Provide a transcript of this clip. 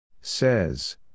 Says